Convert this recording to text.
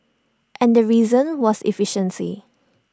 and the reason was efficiency